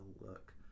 look